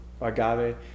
agave